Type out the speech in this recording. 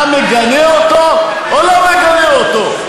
אתה מגנה אותו או לא מגנה אותו?